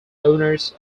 owners